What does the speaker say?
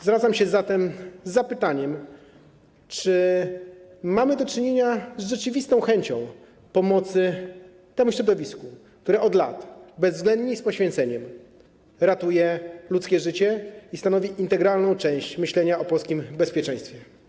Zwracam się zatem z zapytaniem: Czy mamy do czynienia z rzeczywistą chęcią pomocy temu środowisku, które od lat bezwzględnie i z poświęceniem ratuje ludzkie życie i stanowi integralną część myślenia o polskim bezpieczeństwie?